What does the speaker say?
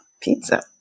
Pizza